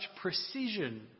precision